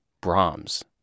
Brahms